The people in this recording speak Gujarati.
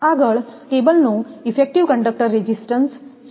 આગળ કેબલનો ઇફેક્ટિવ કંડકટર રેઝિસ્ટન્સ છે